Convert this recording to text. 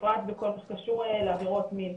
בפרט בכל מה שקשור לעבירות מין,